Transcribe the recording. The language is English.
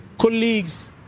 colleagues